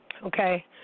Okay